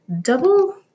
double